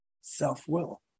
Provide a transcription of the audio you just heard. self-will